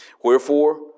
wherefore